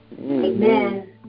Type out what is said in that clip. Amen